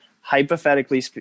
Hypothetically